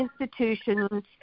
institutions